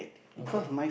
okay